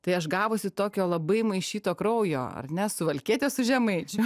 tai aš gavusi tokio labai maišyto kraujo ar ne suvalkietė su žemaičiu